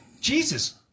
Jesus